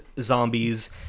zombies